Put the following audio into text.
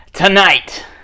Tonight